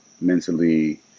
mentally